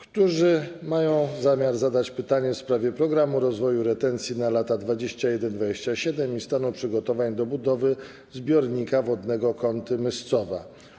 którzy mają zamiar zadać pytanie w sprawie „Programu rozwoju retencji na lata 2021-2027” i stanu przygotowań do budowy zbiornika wodnego Kąty - Myscowa.